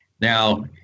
Now